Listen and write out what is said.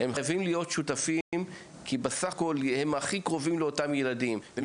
חייבים להיות שותפים כי בסך-הכול הם הכי קרובים לאותם ילדים והם